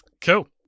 Cool